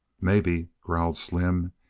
maybe, growled slim.